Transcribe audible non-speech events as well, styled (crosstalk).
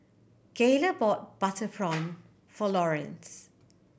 Gayla bought butter prawn (noise) for Lawrence